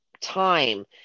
time